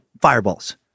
fireballs